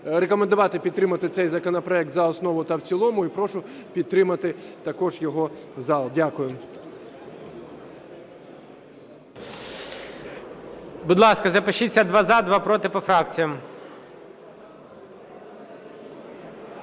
рекомендувати підтримати цей законопроект за основу та в цілому, і прошу підтримати також його зал. Дякую.